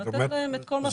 לתת להן את כל מה שהן צריכות.